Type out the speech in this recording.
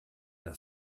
das